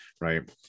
right